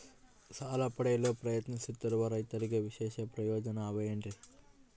ಸಾಲ ಪಡೆಯಲು ಪ್ರಯತ್ನಿಸುತ್ತಿರುವ ರೈತರಿಗೆ ವಿಶೇಷ ಪ್ರಯೋಜನ ಅವ ಏನ್ರಿ?